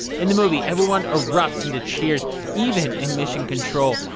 in the movie, everyone erupts into cheers even in mission control.